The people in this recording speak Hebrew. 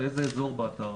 לאיזה אזור באתר?